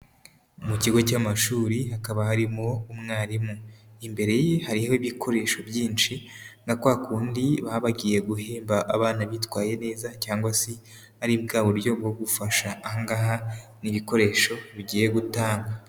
Mu kigo cy'amashuri hakaba harimo umwarimu, imbere ye hariho ibikoresho byinshi nka kwa kundi baba bagiye guhemba abana bitwaye neza cyangwa se ari bwa buryo bwo gufasha, aha ngaha hari ibikoresho bigiye gutangwa.